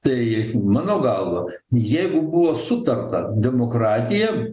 tai mano galva jeigu buvo sutarta demokratija